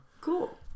Cool